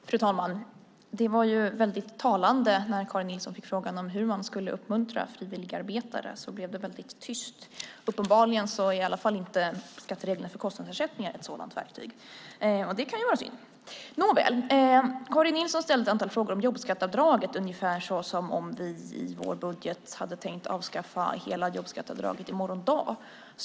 Fru talman! Det var talande att det blev väldigt tyst när Karin Nilsson fick frågan hur man skulle uppmuntra frivilligarbetare. Uppenbarligen är inte skattereglerna för kostnadsersättningar ett sådant verktyg. Det kanske är synd. Karin Nilsson ställde ett antal frågor om jobbskatteavdraget, ungefär som om vi i vår budget hade tänkt avskaffa hela jobbskatteavdraget i morgon dag.